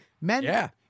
Men